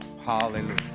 hallelujah